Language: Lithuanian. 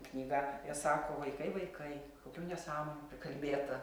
knyga sako vaikai vaikai kokių nesąmonių prikalbėta